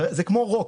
זה כמו רוק,